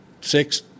six